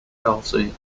kelsey